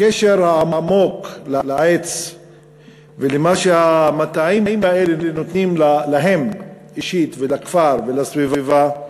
הקשר העמוק לעץ ולמה שהמטעים האלה נותנים להם אישית ולכפר ולסביבה,